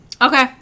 Okay